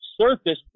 surface